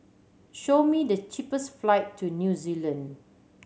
show me the cheapest flight to New Zealand